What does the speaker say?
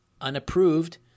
unapproved